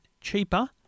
cheaper